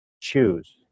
choose